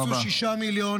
קיצצו 6 מיליון.